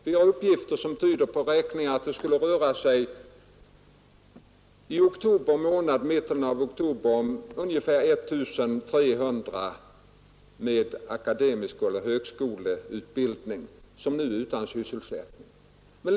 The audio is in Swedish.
Vi har uppgifter som tyder på att det skulle röra sig om ungefär 1 300 personer med akademisk utbildning eller högskoleutbildning som var utan sysselsättning i mitten av oktober månad.